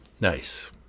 Nice